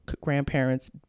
grandparents